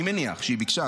אני מניח שהיא ביקשה,